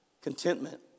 Contentment